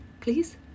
Please